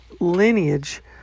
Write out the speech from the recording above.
lineage